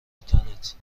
تنت